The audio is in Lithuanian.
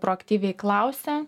proaktyviai klausia